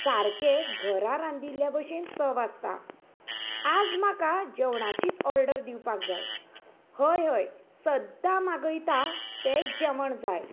सारकें घरा रांदिल्ल्या बशेन चव आसता आयज म्हाका जेवणाचीच ऑर्डर दिवपाक जाय हय हय सद्दां मागयता तेंच जेवण जाय